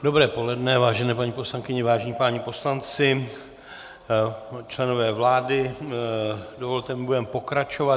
Dobré poledne, vážené paní poslankyně, vážení páni poslanci, členové vlády, dovolte mi, budeme pokračovat.